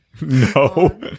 no